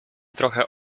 trochę